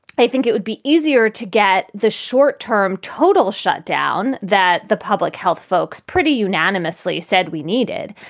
i think it would be easier to get the short term total shut down that the public health folks pretty unanimously said we needed.